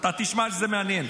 אתה תשמע, זה מעניין.